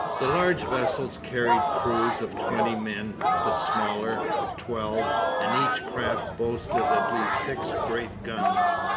the large vessels carried crews of twenty men the smaller, of twelve and each craft boasted at least six great guns.